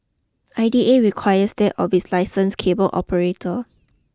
I D A requires that of its licensed cable operator